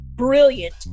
brilliant